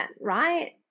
Right